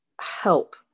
help